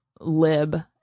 lib